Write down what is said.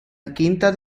quinta